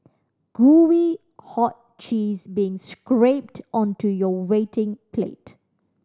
gooey hot cheese being scrapped onto your waiting plate